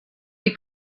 die